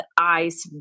eyes